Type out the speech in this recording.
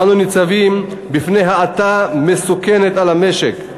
כשאנחנו ניצבים בפני האטה מסוכנת של המשק,